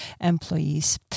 employees